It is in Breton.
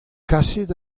kasit